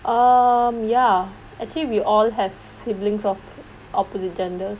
um ya actually we all have siblings of opposite genders